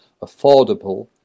affordable